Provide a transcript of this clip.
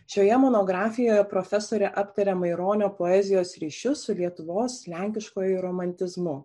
šioje monografijoje profesorė aptaria maironio poezijos ryšius su lietuvos lenkiškuoju romantizmu